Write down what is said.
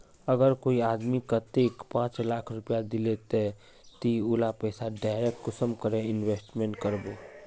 अगर कोई आदमी कतेक पाँच लाख रुपया दिले ते ती उला पैसा डायरक कुंसम करे इन्वेस्टमेंट करबो?